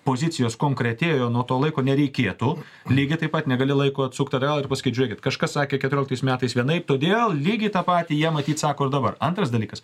pozicijos konkretėjo nuo to laiko nereikėtų lygiai taip pat negali laiko atsukt atgal ir paskaičiuokit kažkas sakė keturioliktais metais vienaip todėl lygiai tą patį jie matyt sako ir dabar antras dalykas